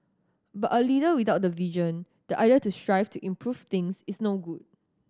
but a leader without the vision the idea to strive to improve things is no good